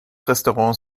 restaurants